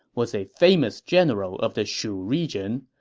was a famous general of the shu region.